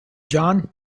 john